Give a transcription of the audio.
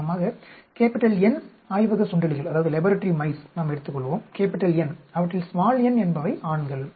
உதாரணமாக N ஆய்வக சுண்டெலிகளை நாம் எடுத்துக்கொள்வோம் N அவற்றில் n என்பவை ஆண்கள்